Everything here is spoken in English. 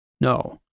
No